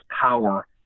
power